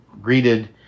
greeted